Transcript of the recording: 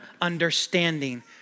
understanding